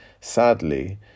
Sadly